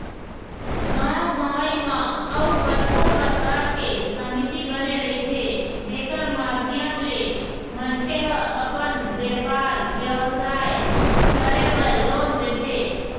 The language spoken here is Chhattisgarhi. गाँव गंवई म अउ कतको परकार के समिति बने रहिथे जेखर माधियम ले मनखे ह अपन बेपार बेवसाय करे बर लोन देथे